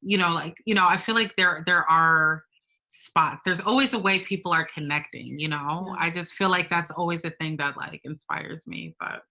you know, like, you know, i feel like there are there are spots. there's always a way people are connecting. you know, i just feel like that's always the thing that, like, inspires me. but